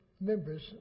members